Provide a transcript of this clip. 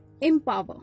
empower